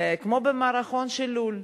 כמו במערכון של "לול",